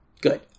Good